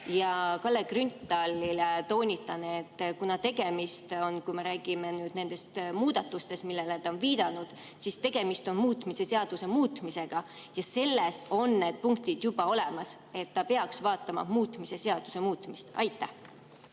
Kalle Grünthalile toonitan, et tegemist on, kui me räägime nendest muudatustest, millele ta on viidanud, muutmise seaduse muutmisega ja selles on need punktid juba olemas. Ta peaks vaatama muutmise seaduse muutmist. Aitäh!